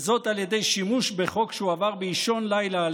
וזאת על ידי שימוש בחוק שהועבר באישון לילה על